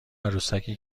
عروسکی